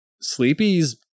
Sleepy's